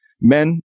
men